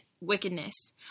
wickedness